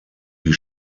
die